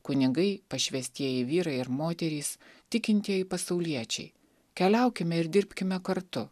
kunigai pašvęstieji vyrai ir moterys tikintieji pasauliečiai keliaukime ir dirbkime kartu